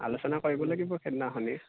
আলোচনা কৰিব লাগিব সেইদিনাখনিয়ে